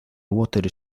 water